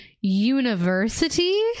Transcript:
university